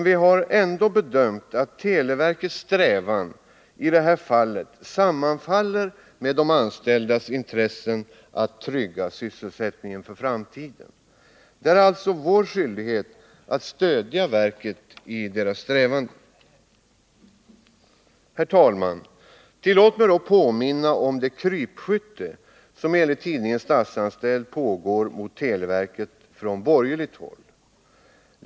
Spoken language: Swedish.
Vi har dock bedömt att televerkets strävanden i detta fall sammanfaller med de anställdas intresse av att trygga sysselsättningen för framtiden. Det är alltså vår skyldighet att stödja verket i dessa strävanden. Herr talman! Tillåt mig påminna om det krypskytte som enligt tidningen Statsanställd pågår mot televerket från borgerligt håll.